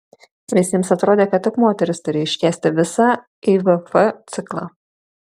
visiems atrodė kad tik moteris turi iškęsti visą ivf ciklą